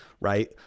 Right